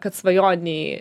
kad svajonei